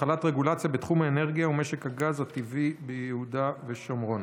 החלת רגולציה בתחום האנרגיה ומשק הגז הטבעי ביהודה ושומרון.